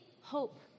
hope